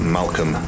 Malcolm